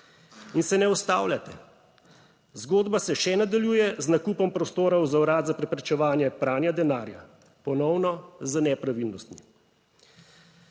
In se ne ustavljate, zgodba se še nadaljuje z nakupom prostorov za Urad za preprečevanje pranja denarja, ponovno z nepravilnostmi.